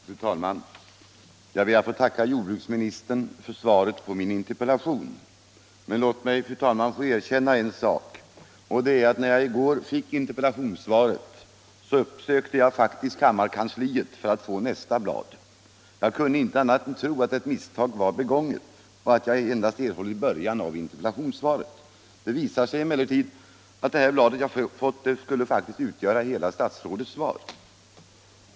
Fru talman! Jag ber att få tacka jordbruksministern för svaret på min interpellation. Låt mig få erkänna en sak, fru talman, och det är att när jag i går fick interpellationssvaret uppsökte jag kammarkansliet för att få nästa blad. Jag kunde inte tro annat än att ett misstag var begånget och att jag endast erhållit början av interpellationssvaret. Det visade sig emellertid att det blad jag erhållit faktiskt skulle utgöra statsrådets hela svar.